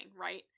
right